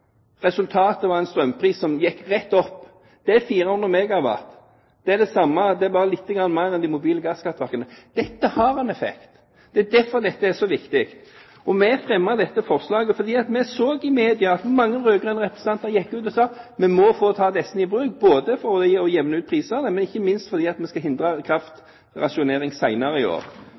Resultatet var en strømpris som gikk rett opp. Det var 400 MW. Det er bare lite grann mer enn de mobile gasskraftverkene gir. Dette har en effekt. Det er derfor dette er så viktig. Vi fremmet dette forslaget fordi vi så i media at mange rød-grønne representanter gikk ut og sa: Vi må få ta disse i bruk, både for å jevne ut prisene og, ikke minst, for å hindre kraftrasjonering senere i år.